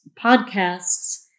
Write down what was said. podcasts